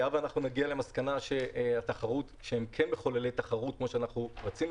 היה ונגיע למסקנה שהיבואנים הזעירים הם כן מחוללי תחרות כמו שרצינו,